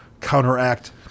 counteract